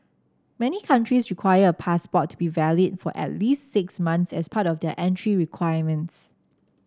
many countries require a passport to be valid for at least six months as part of their entry requirements